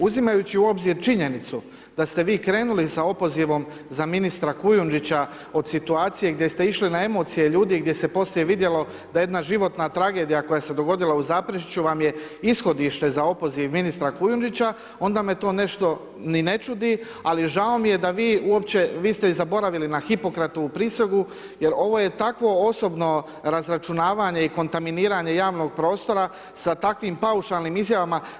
Uzimajući u obzir činjenicu da ste vi krenuli sa opozivom za ministra Kujundžića od situacije gdje ste išli na emocije ljudi gdje se poslije vidjelo d jedna životna tragedija koja se dogodila u Zaprešiću vam je ishodište za opoziv ministra Kujundžića, onda me to nešto ni ne čudi ali žao mi je da vi uopće, vi ste i zaboravili na Hipokratovu prisegu jer ovo je takvo osobno razračunavanje i kontaminiranje javnog prostora takvim paušalnim izjavama.